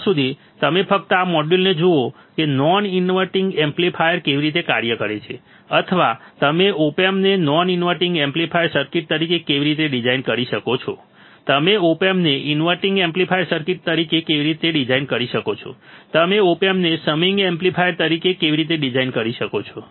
ત્યાં સુધી તમે ફક્ત આ મોડ્યુલને જુઓ કે નોન ઇન્વર્ટીંગ એમ્પ્લીફાયર કેવી રીતે કાર્ય કરે છે અથવા તમે ઓપ એમ્પને નોન ઇન્વર્ટીંગ એમ્પ્લીફાયર સર્કિટ તરીકે કેવી રીતે ડિઝાઇન કરી શકો છો તમે ઓપ એમ્પને ઇનવર્ટીંગ એમ્પ્લીફાયર સર્કિટ તરીકે કેવી રીતે ડિઝાઇન કરી શકો છો તમે ઓપ એમ્પને સમિંગ એમ્પ્લીફાયર તરીકે કેવી રીતે ડિઝાઇન કરી શકો છો